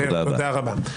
תודה רבה.